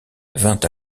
vint